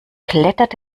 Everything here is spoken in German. klettert